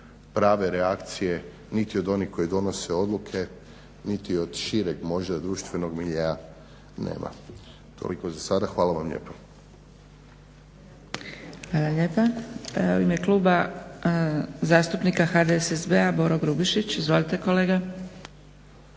prave reakcije niti od onih koji donose odluke niti od šireg možda društvenog miljea nema. Toliko za sada. Hvala vam lijepo. **Zgrebec, Dragica (SDP)** Hvala lijepa. U ime kluba zastupnika HDSSB-a Boro Grubišić. Izvolite kolega.